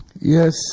Yes